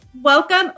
Welcome